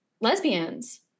lesbians